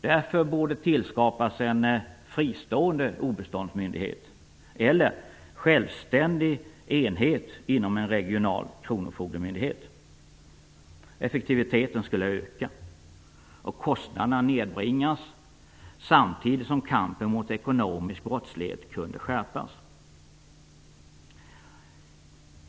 Därför borde det tillskapas en fristående obeståndsmyndighet eller en självständig enhet inom en regional kronofogdemyndighet. Effektiviteten skulle öka och kostnaderna nedbringas samtidigt som kampen mot ekonomisk brottslighet kunde skärpas.